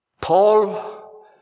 Paul